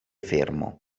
fermo